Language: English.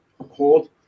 hold